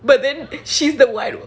but then she's the wide